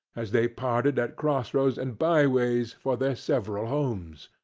as they parted at cross-roads and bye-ways, for their several homes!